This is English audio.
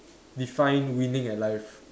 define winning at life